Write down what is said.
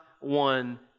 one